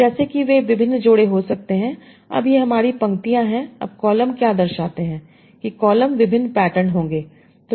तो जैसे कि वे विभिन्न जोड़े हो सकते हैं अब ये हमारी पंक्तियाँ हैं अब कॉलम क्या दर्शाते हैं कि कॉलम विभिन्न पैटर्न होंगे